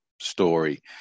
story